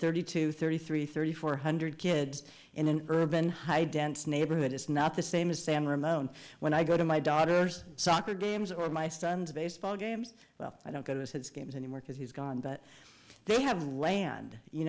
thirty two thirty three thirty four hundred kids in an urban high dense neighborhood it's not the same as san ramon when i go to my daughter's soccer games or my son's baseball games well i don't go to as his games anymore because he's gone but they have land you